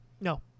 No